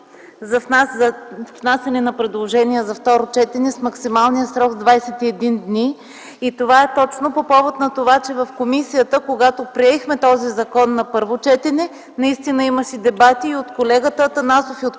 за внасяне на предложения за второ четене с максималния срок 21 дни, по повод на това, че в комисията, когато приехме този законопроект на първо четене, наистина имаше дебати и от колегата Атанасов, и от колегата